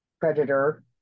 predator